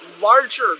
larger